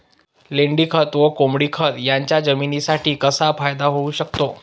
लेंडीखत व कोंबडीखत याचा जमिनीसाठी कसा फायदा होऊ शकतो?